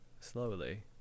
slowly